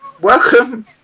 Welcome